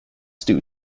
stew